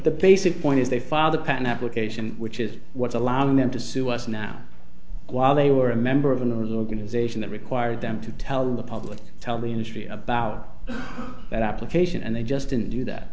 the basic point is they file the patent application which is what's allowing them to sue us now while they were a member of an organization that required them to tell the public tell the industry about that application and they just didn't do that